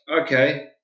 okay